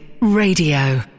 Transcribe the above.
Radio